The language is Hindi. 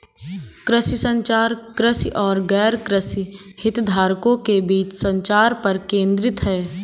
कृषि संचार, कृषि और गैरकृषि हितधारकों के बीच संचार पर केंद्रित है